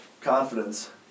confidence